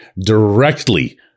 directly